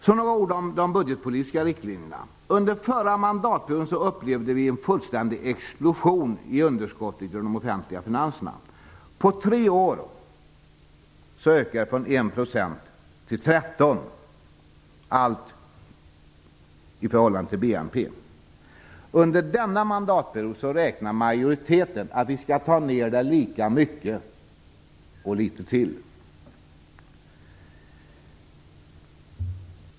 Så några ord om de budgetpolitiska riktlinjerna. Under förra mandatperioden upplevde vi en fullständig explosion av underskottet i de offentliga finanserna. På tre år ökade det från 1 % till 13 % i förhållande till BNP. Under denna mandatperiod räknar majoriteten med att vi skall ta ner det lika mycket och litet till.